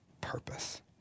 purpose